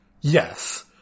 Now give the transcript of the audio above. Yes